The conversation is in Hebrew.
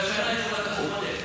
והשנה יחולק הסכום הזה.